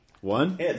One